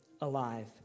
alive